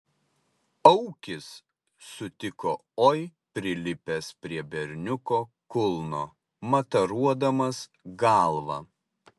aukis sutiko oi prilipęs prie berniuko kulno mataruodamas galva